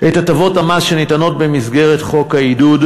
את הטבות המס שניתנות במסגרת חוק העידוד,